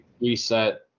reset